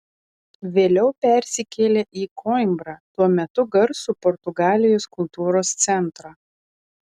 vėliau persikėlė į koimbrą tuo metu garsų portugalijos kultūros centrą